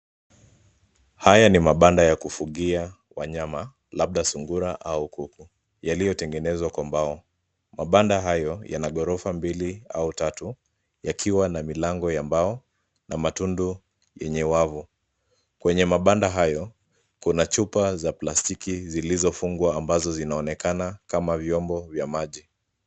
Haya ni mabanda ya kufugia wanyama labda sungura au kuku yaliyotengenezwa kwa mbao. Mabanda hayo yana ghorofa mbili au tatu, yakiwa na milango ya mbao na matundu yenye wavu. Kwenye mabanda hayo kuna chupa za plastiki zilizofungwa ambazo zinaonekana kama vyombo vya maji.